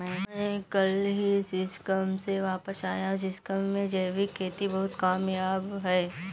मैं कल ही सिक्किम से वापस आया हूं सिक्किम में जैविक खेती बहुत कामयाब है